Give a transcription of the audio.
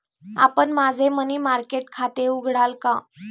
आपण माझे money market खाते उघडाल का?